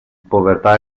povertà